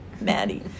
Maddie